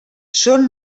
són